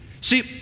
See